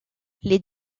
les